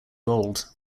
bold